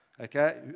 okay